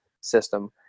system